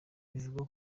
bivuga